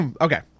Okay